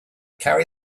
carry